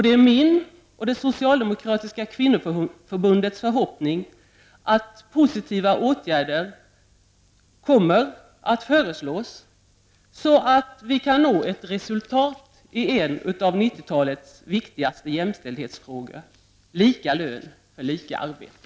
Det är min och det socialdemokratiska kvinnoförbundets förhoppning att positiva åtgärder kommer att föreslås så att resultat i en av 1990 talets viktigaste jämställdhetsfrågor kan uppnås, nämligen lika lön för lika arbete.